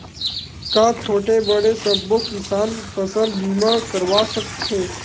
का छोटे बड़े सबो किसान फसल बीमा करवा सकथे?